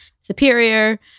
superior